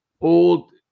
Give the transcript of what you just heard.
old